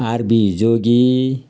R B Jogi